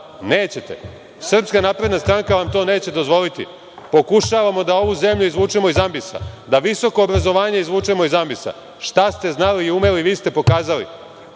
Nećete. Srpska napredna stranka vam to neće dozvoliti. Pokušavamo da ovu zemlju izvučemo iz ambisa, da visoko obrazovanje izvučemo iz ambisa. Šta ste znali i umeli, vi ste pokazali,